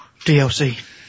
DLC